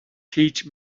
teach